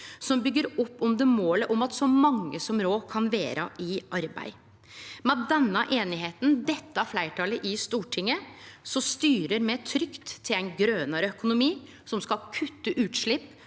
som byggjer opp under målet om at så mange som råd kan vere i arbeid. Med denne einigheita, dette fleirtalet i Stortinget, styrer me trygt mot ein grønare økonomi, som skal kutte utslepp,